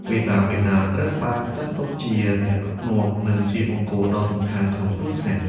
មាតាបិតាត្រូវបានចាត់ទុកជាអ្នកដឹកនាំ និងជាបង្គោលដ៏សំខាន់ក្នុងគ្រួសារ។